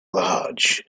large